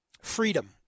freedom